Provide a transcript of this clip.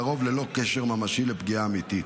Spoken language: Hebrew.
לרוב ללא קשר ממשי לפגיעה אמיתית,